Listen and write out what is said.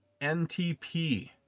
NTP